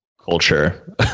Culture